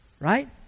right